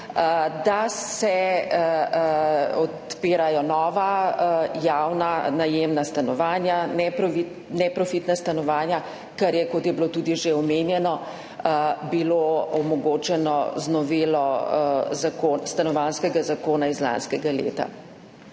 da se odpirajo nova javna najemna stanovanja, neprofitna stanovanja, kar je bilo, kot je bilo tudi že omenjeno, omogočeno z novelo Stanovanjskega zakona iz lanskega leta.